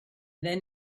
then